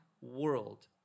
world